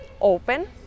open